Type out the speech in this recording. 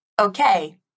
Okay